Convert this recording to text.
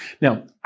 Now